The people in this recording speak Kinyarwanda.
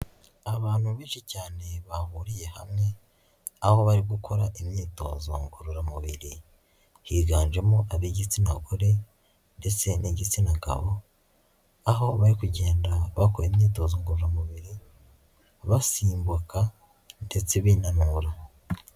Abantu benshi cyane bahuriye hamwe, aho bari gukora imyitozo ngororamubiri, higanjemo ab'igitsina gore ndetse n'igitsina gabo, aho bari kugenda bakora imyitozo ngororamubiri, basimbuka ndetse binanura.